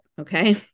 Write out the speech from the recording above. Okay